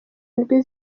indwi